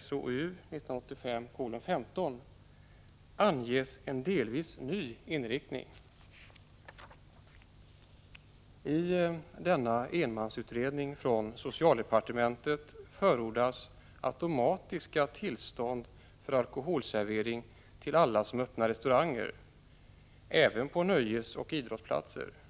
SOU 1985:15, anges en delvis ny inriktning. I denna enmansutredning från socialdepartementet förordas automatiskt tillstånd för alkoholservering till alla som öppnar restauranger, även på nöjesoch idrottsplatser.